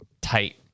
tight